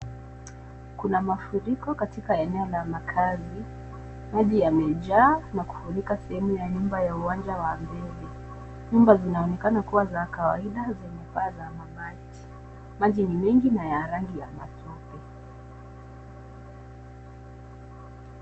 Kuna mafuriko katika eneo la makaazu hadi yamejaa na kufurika sehemu ya nyumba. nyumba za mbele zinaonekana kuwa wa kawaida za mabati. Maji ni mingi na ni ya rangi ya manjano